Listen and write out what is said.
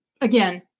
again